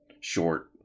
short